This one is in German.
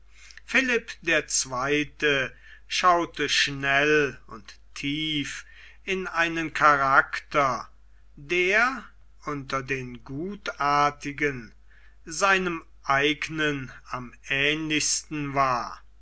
philipp der zweite schaute schnell und tief in einen charakter der unter den gutartigen seinem eignen am ähnlichsten war